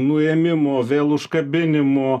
nuėmimo vėl užkabinimo